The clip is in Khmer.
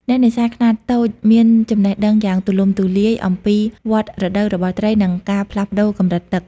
អ្នកនេសាទខ្នាតតូចមានចំណេះដឹងយ៉ាងទូលំទូលាយអំពី វដ្តរដូវ របស់ត្រី និងការផ្លាស់ប្តូរកម្រិតទឹក។